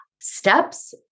steps